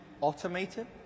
automated